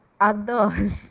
others